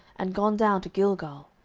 and gone down to gilgal.